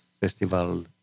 Festival